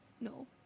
No